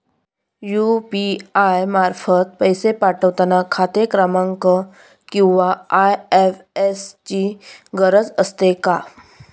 UPI मार्फत पैसे पाठवता खाते क्रमांक किंवा आय.एफ.एस.सी ची गरज असते का?